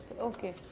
Okay